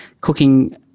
cooking